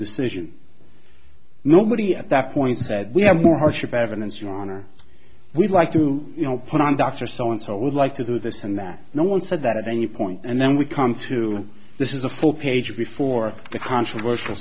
decision nobody at that point is that we have more harsh of evidence your honor we'd like to you know put on dr so and so would like to do this and that no one said that at any point and then we come to this is a full page before the controversial